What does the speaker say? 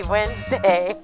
Wednesday